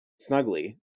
snugly